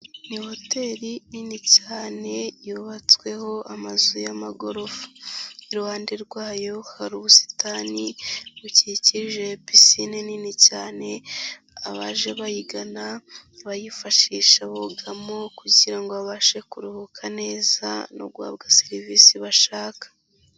Ni hoteli nini cyane yubatsweho amazu y'amagorofa, iruhande rwayo hari ubusitani bukikije pisine nini cyane abaje bayigana bayifashisha bugamo kugira ngo babashe kuruhuka neza no guhabwa serivisi bashaka.